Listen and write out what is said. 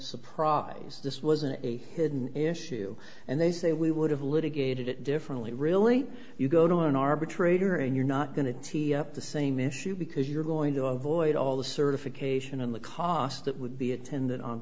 surprise this wasn't a hidden issue and they say we would have litigated it differently really you go to an arbitrator and you're not going to tee up the same issue because you're going to avoid all the certification and the cost that would be attendant on